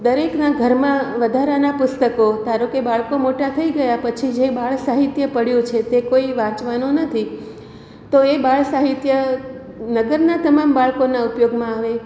દરેકના ઘરમાં વધારાના પુસ્તકો ધારો કે બાળકો મોટા થઈ ગયા પછી જે બાળસાહિત્ય પડ્યું છે તે કોઈ વાંચવાનું નથી તો એ બાળસાહિત્ય નગરના તમામ બાળકોના ઉપયોગમાં આવે